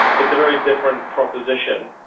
it's a very different proposition.